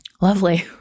lovely